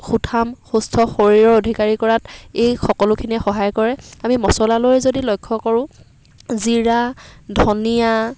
সুঠাম সুস্থ শৰীৰৰ অধিকাৰী কৰাত এই সকলোখিনিয়ে সহায় কৰে আমি মচলালৈ যদি লক্ষ্য কৰোঁ জিৰা ধনিয়া